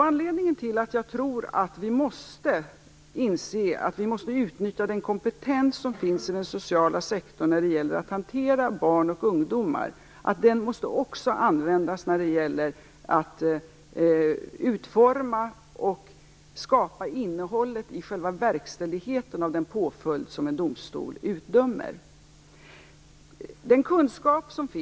Anledningen till att vi måste inse att vi måste utnyttja den kompetens som finns i den sociala sektorn när det gäller att hantera barn och ungdomar är att den också måste användas för att utforma och skapa innehållet i själva verkställigheten av den påföljd som en domstol utdömer.